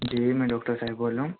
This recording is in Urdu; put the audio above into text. جی میں ڈاکٹر صاحب بول رہا ہوں